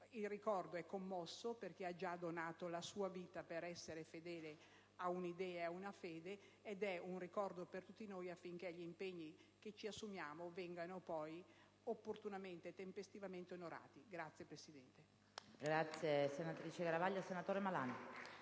il ricordo è commosso per chi ha già donato la sua vita per essere fedele a un'idea e a una fede. Ed è un ricordo per tutti noi, affinché gli impegni che ci assumiamo vengano poi opportunamente e tempestivamente onorati. *(Applausi